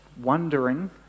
wondering